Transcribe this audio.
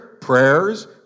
Prayers